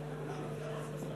המיועד להיות שר